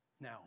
Now